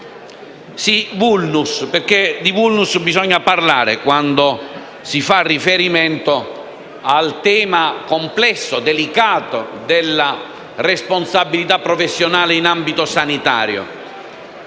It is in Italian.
Sì, *vulnus*, perché di questo bisogna parlare quando si fa riferimento al tema complesso e delicato della responsabilità professionale in ambito sanitario,